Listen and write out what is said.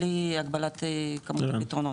בלי הגבלת כמות הפתרונות.